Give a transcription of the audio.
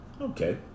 Okay